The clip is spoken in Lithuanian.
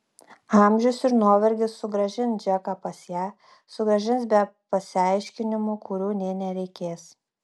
amžius ir nuovargis sugrąžins džeką pas ją sugrąžins be pasiaiškinimų kurių nė nereikės